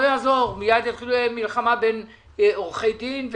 יעזור כי מיד תתחיל מלחמה בין עורכי דין,